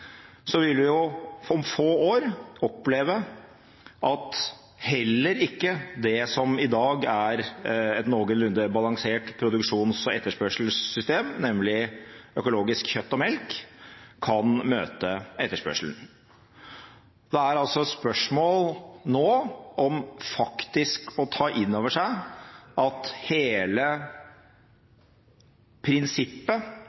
vil vi om få år oppleve at heller ikke det som i dag er et noenlunde balansert produksjons- og etterspørselssystem, nemlig økologisk kjøtt og melk, kan møte etterspørselen. Det er altså nå spørsmål om faktisk å ta inn over seg at